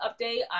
update